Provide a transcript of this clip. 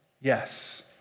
Yes